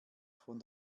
von